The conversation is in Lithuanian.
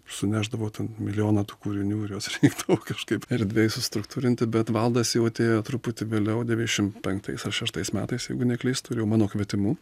sunešdavo ten milijoną tų kūrinių ir juos reikdavo kažkaip erdvėj sustruktūrinti bet valdas jau atėjo truputį vėliau devyniasdešimt penktais ar šeštais metais jeigu neklystu ir jau mano kvietimu